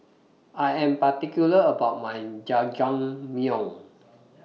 I Am particular about My Jajangmyeon